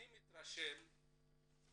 אני מתרשם בשטח,